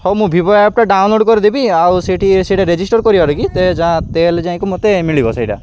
ହଉ ମୁଁ ଭିବୋ ଆପ୍ଟା ଡାଉନଲୋଡ଼ କରିଦେବି ଆଉ ସେଠି ସେଇଟା ରେଜିଷ୍ଟର କରିବା କି ତାହାଲେ ଯାଇକି ମୋତେ ମିଳିବ ସେଇଟା